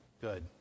good